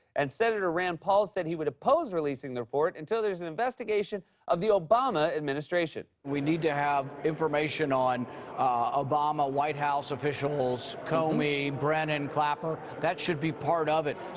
and senator rand paul said he would oppose releasing the report until there's and investigation of the obama administration. we need to have information on obama white house officials, comey, brennan, clapper. that should be part of it.